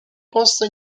posto